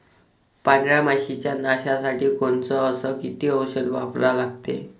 पांढऱ्या माशी च्या नाशा साठी कोनचं अस किती औषध वापरा लागते?